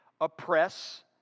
oppress